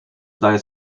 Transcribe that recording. zdaje